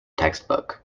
textbook